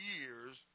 years